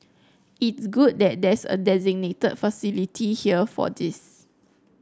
it's good that there's a designated facility here for this